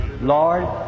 Lord